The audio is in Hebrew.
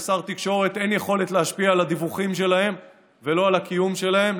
כשר תקשורת אין לי יכולת להשפיע על הדיווחים שלהם ולא על הקיום שלהם,